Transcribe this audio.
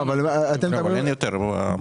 לא, אבל אין יותר.